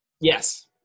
Yes